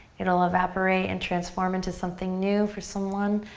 it'll evaporate and transform into something new for someone.